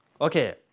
Okay